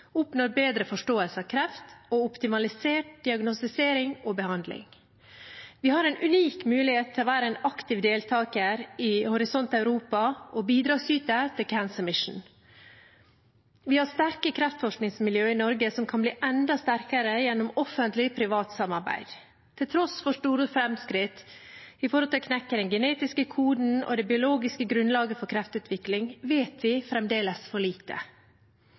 bedre forståelse av kreft og optimalisert diagnostisering og behandling. Vi har en unik mulighet til å være en aktiv deltaker i Horisont Europa og bidragsyter til «cancer mission». Vi har sterke kreftforskningsmiljøer i Norge som kan bli enda sterkere gjennom offentlig-privat samarbeid. Til tross for store framskritt når det gjelder å knekke den genetiske koden og det biologiske grunnlaget for kreftutvikling, vet vi fremdeles for lite.